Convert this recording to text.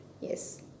yes